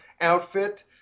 outfit